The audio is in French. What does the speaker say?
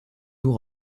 nous